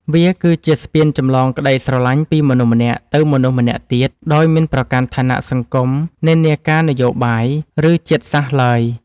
វាគឺជាស្ពានចម្លងក្ដីស្រឡាញ់ពីមនុស្សម្នាក់ទៅមនុស្សម្នាក់ទៀត ដោយមិនប្រកាន់ឋានៈសង្គម និន្នាការនយោបាយ ឬជាតិសាសន៍ឡើយ។